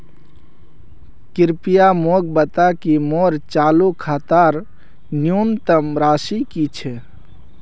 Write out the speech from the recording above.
कृपया मोक बता कि मोर चालू खातार न्यूनतम राशि की छे